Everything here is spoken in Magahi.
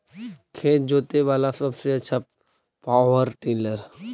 खेत जोते बाला सबसे आछा पॉवर टिलर?